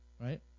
Right